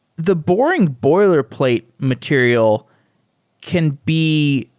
the boring boilerplate material can be